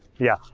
yeah.